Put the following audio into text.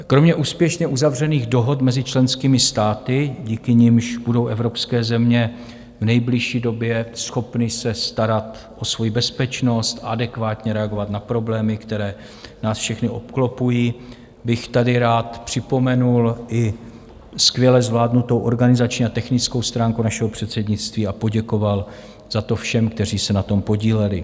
Kromě úspěšně uzavřených dohod mezi členskými státy, díky nimž budou evropské země v nejbližší době schopny se starat o svou bezpečnost a adekvátně reagovat na problémy, které nás všechny obklopují, bych tady rád připomenul i skvěle zvládnutou organizační a technickou stránku našeho předsednictví a poděkoval za to všem, kteří se na tom podíleli.